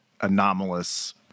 anomalous